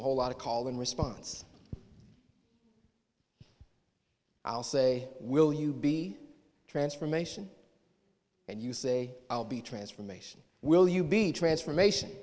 a whole lot of call and response i'll say will you be transformation and you say i'll be transformation will you be transformation